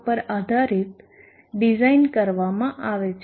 પર આધારિત ડિઝાઇન કરવામાં આવે છે